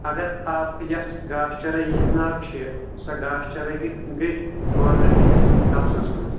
اگرآباد یۄس گاسہٕ چرٲے یہنزِ ناو چھِ سۄ گاسہٕ چرٲے گٔیے گٔیے گورمینٹہٕ کس قبضس منٛز